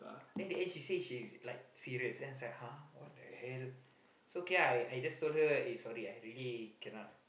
then in the end she say she like serious then I was like !huh! what the hell so okay lah I just told her it's sorry lah I really cannot